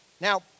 Now